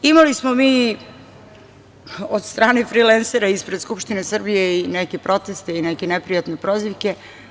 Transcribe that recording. Imali smo mi od strane frilensera ispred Skupštine Srbije i neke proteste i neke neprijatne prozivke.